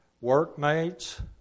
workmates